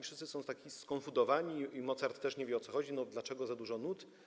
Wszyscy są tacy skonfundowani, Mozart też nie wie, o co chodzi, dlaczego za dużo nut.